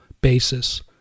basis